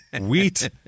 Wheat